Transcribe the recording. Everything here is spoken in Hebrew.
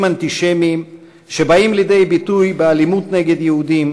אנטישמיים שבאים לידי ביטוי באלימות נגד יהודים,